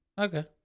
Okay